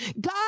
God